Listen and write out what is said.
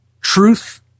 Truth